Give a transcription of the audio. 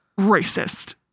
racist